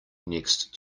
next